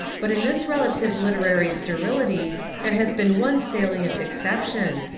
but in this relative literary sterility there has been one salient exception,